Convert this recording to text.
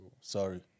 sorry